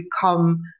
become